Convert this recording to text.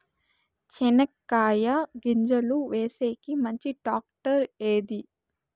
చెనక్కాయ గింజలు వేసేకి మంచి టాక్టర్ ఏది?